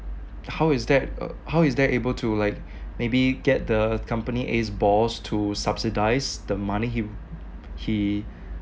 how is that uh how is that able to like maybe get the company A's boss to subsidise the money he he